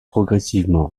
progressivement